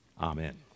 Amen